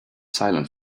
silent